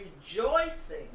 rejoicing